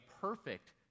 perfect